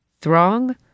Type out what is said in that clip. Throng